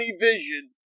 vision